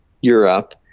Europe